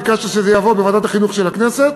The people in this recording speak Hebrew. ביקשת שזה יבוא לוועדת החינוך של הכנסת,